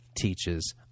teaches